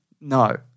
No